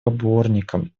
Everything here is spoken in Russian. поборником